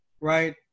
right